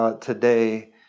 today